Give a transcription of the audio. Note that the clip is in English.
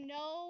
no